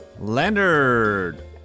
Leonard